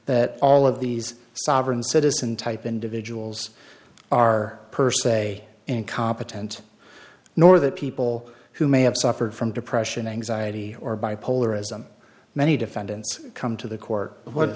that all of these sovereign citizen type individuals are per se incompetent nor that people who may have suffered from depression anxiety or bipolar as i'm many defendants come to the court